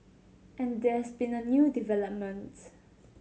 and there's been a new development